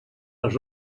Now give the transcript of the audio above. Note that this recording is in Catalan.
els